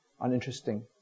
uninteresting